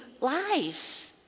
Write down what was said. lies